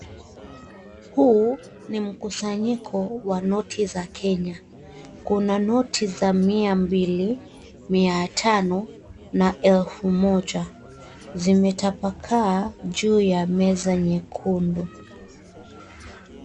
Huu ni mkusanyiko wa noti za Kenya. Kuna noti za mia mbili, mia tano, na elfu moja. Zimetapakaa juu ya meza nyekundu.